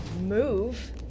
move